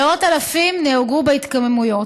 מאות אלפים נהרגו בהתקוממויות.